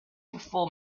perform